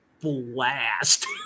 blast